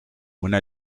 una